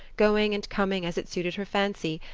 going and coming as it suited her fancy,